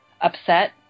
upset